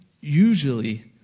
Usually